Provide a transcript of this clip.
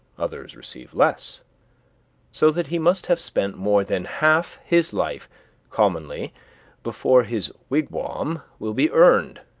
others receive less so that he must have spent more than half his life commonly before his wigwam will be earned.